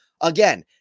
Again